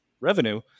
revenue